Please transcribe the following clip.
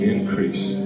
Increase